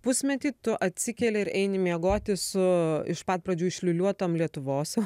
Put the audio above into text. pusmetį tu atsikeli ir eini miegoti su iš pat pradžių išliūliuotom lietuvos